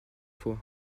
fois